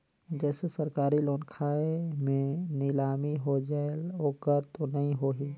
जैसे सरकारी लोन खाय मे नीलामी हो जायेल ओकर तो नइ होही?